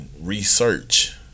research